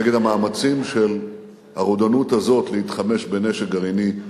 נגד המאמצים של הרודנות הזאת להתחמש בנשק גרעיני.